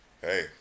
hey